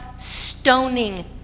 stoning